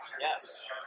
Yes